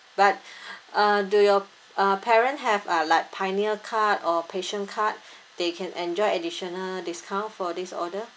but uh do your uh parents have uh like pioneer card or passion card they can enjoy additional discount for this order